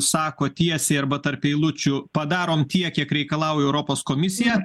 sako tiesiai arba tarp eilučių padarom tiek kiek reikalauja europos komisija